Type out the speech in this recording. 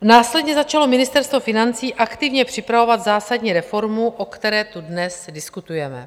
Následně začalo Ministerstvo financí aktivně připravovat zásadní reformu, o které tu dnes diskutujeme.